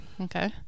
Okay